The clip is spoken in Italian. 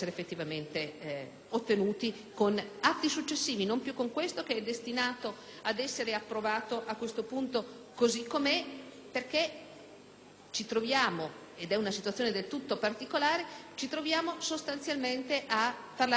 ottenuto con atti successivi, non più con questo che è destinato ad essere approvato, a questo punto, così com'è perché ci troviamo in una situazione del tutto particolare e sostanzialmente parliamo di un provvedimento